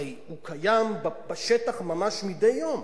הרי הוא קיים בשטח ממש מדי יום